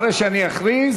אחרי שאני אכריז.